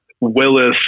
Willis